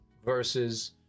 versus